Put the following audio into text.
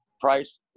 Price